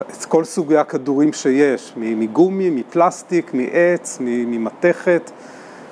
את כל סוגי הכדורים שיש, מגומי, מפלסטיק, מעץ, ממתכת